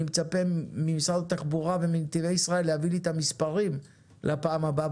מצפה ממשרד התחבורה ומנתיבי ישראל להביא לי את המספרים לפעם הבאה,